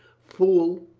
fool,